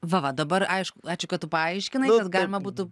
va va dabar aišku ačiū kad tu paaiškinai kad galima būtų